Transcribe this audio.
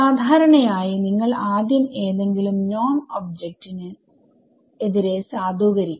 സാധാരണയായി നിങ്ങൾ ആദ്യം ഏതെങ്കിലും നോൺ ഒബ്ജക്റ്റിന് എതിരെ സാധൂകരിക്കും